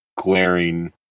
glaring